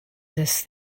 this